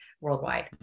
worldwide